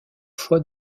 fois